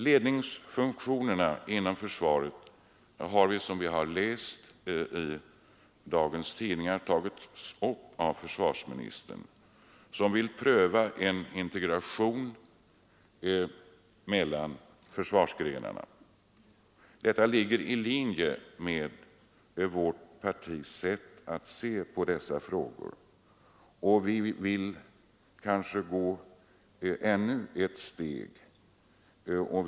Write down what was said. Ledningsfunktionerna inom försvaret har — vilket vi kan läsa i dagens tidningar — tagits upp av försvarsministern som vill pröva en integration mellan försvarsgrenarna. Detta ligger i linje med vårt partis sätt att se på dessa frågor, och vi vill kanske gå ännu ett steg längre.